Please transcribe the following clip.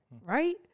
right